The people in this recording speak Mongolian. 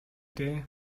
дээ